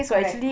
correct